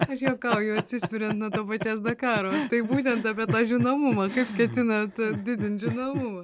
aš juokauju atsispiriant nuo to paties dakaro tai būtent apie tą žinomumą kaip ketinat didint žinomumą